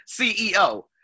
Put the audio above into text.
CEO